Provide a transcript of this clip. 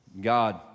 God